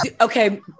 okay